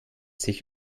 sich